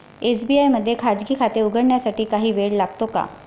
SBI मध्ये खाजगी खाते उघडण्यासाठी काही वेळ लागतो का?